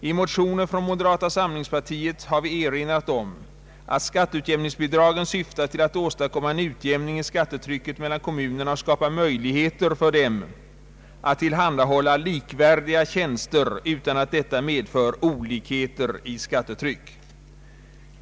I motioner från moderata samlingspartiet har vi erinrat om att skatteutjämningsbidragen syftar till att åstadkomma en utjämning i skattetrycket mellan kommunerna och skapa möjligheter för dem att tillhandahålla likvärdiga tjänster utan att detta medför olikheter i skattetryck.